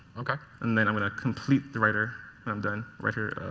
okay. and then i'm going to complete the writer when i'm done. writer